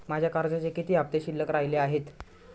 माझ्या कर्जाचे किती हफ्ते शिल्लक राहिले आहेत?